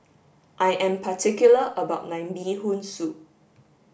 I am particular about my Mee hoon soup